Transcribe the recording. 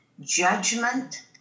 judgment